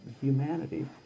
humanity